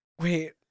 Wait